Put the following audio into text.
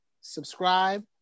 subscribe